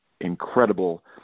incredible